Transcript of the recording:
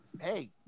hey